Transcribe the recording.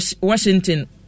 washington